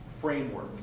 framework